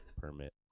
permit